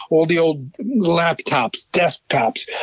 all the old laptops, desktops, yeah